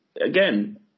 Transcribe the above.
again